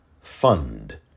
Fund